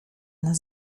nas